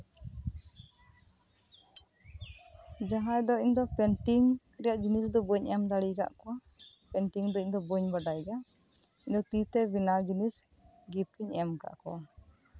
ᱡᱟᱸᱦᱟᱭ ᱫᱚ ᱤᱧ ᱫᱚ ᱯᱮᱱᱴᱤᱝ ᱨᱮᱭᱟᱜ ᱡᱤᱱᱤᱥ ᱫᱚ ᱫᱚ ᱵᱟᱹᱧ ᱮᱢ ᱫᱟᱲᱮᱭᱟᱠᱟᱫ ᱠᱚᱣᱟ ᱯᱮᱱᱴᱤᱝ ᱫᱚ ᱤᱧ ᱫᱚ ᱵᱟᱹᱧ ᱵᱟᱲᱟᱭ ᱜᱮᱭᱟ ᱤᱧ ᱫᱚ ᱛᱤ ᱛᱮ ᱵᱮᱱᱟᱣ ᱡᱤᱱᱤᱥ ᱜᱤᱯᱷᱴ ᱤᱧ ᱮᱢ ᱠᱟᱜ ᱠᱚᱣᱟ